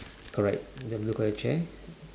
correct the blue colour chair